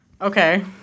Okay